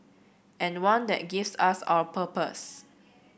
and one that gives us our purpose